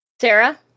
Sarah